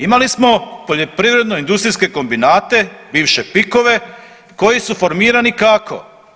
Imali smo poljoprivredno industrijske kombinate, bivše PIK-ove koji su formirani kako?